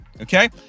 Okay